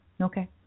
Okay